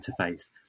interface